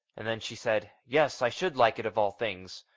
and then she said, yes, i should like it of all things.